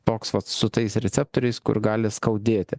toks vat su tais receptoriais kur gali skaudėti